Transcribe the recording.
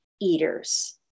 eaters